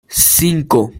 cinco